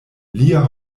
lia